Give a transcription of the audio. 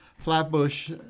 Flatbush